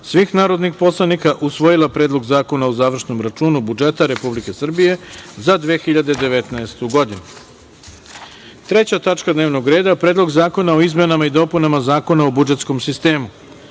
svih narodnih poslanika usvojila Predlog zakona o završnom računu budžeta Republike Srbije za 2019. godinu. Treća tačka dnevnog reda – Predlog zakona o izmenama i dopunama Zakona o budžetskom sistemu. Pošto